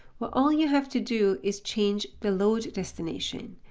well, all you have to do is change the load destination.